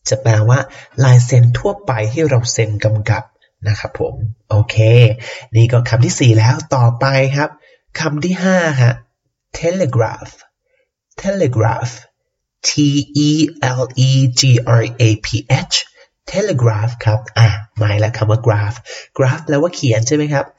จะแปลว่าลายเซ็นทั่วไปที่เราเซ็นกำกับนะครับผม โอเค นี่ก็คำที่สี่แล้ว ต่อไปครับ คำที่ห้าฮะ telegraph telegraph T E L E G R A P H telegraph ครับ อ่ะ หมายแล้วคำว่า graph graph แปลว่าเขียนใช่ไหมครับ?